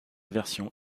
version